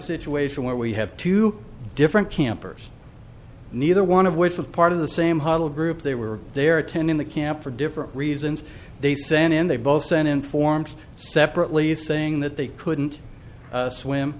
situation where we have two different campers neither one of which of part of the same hostile group they were there attending the camp for different reasons they sent in they both sent in forms separately saying that they couldn't swim